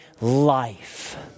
life